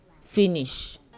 finish